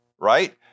right